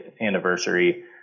anniversary